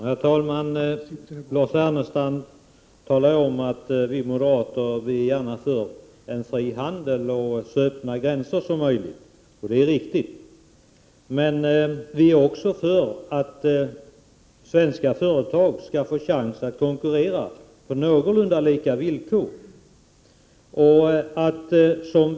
Herr talman! Lars Ernestam talade om att vi moderater är för en så fri handel och så öppna gränser som möjligt. Det är riktigt. Men vi är också för att svenska företag skall få chansen att konkurrera på någorlunda lika villkor.